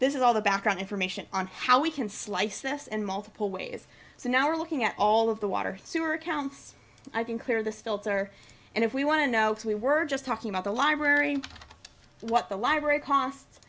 this is all the background information on how we can slice this in multiple ways so now we're looking at all of the water sewer accounts i can clear the stilts are and if we want to know if we were just talking about the library what the library cost